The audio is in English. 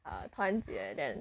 err 团结 then